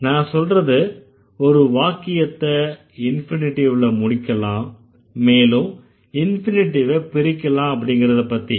நான் சொல்றது ஒரு வாக்கியத்த இன்ஃபினிட்டிவ்ல முடிக்கலாம் மேலும் இன்ஃபினிட்டிவ பிரிக்கலாம் அப்படிங்கறதப்பத்தி